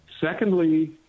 Secondly